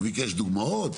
הוא ביקש דוגמאות,